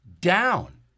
down